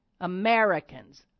Americans